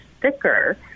thicker